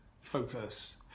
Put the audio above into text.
focus